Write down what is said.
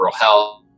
health